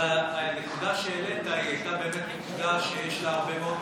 אז הנקודה שהעלית הייתה באמת נקודה שיש לה הרבה מאוד משקל.